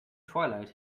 twilight